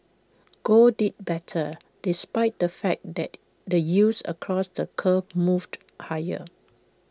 gold did better despite the fact that the yields across the curve moved higher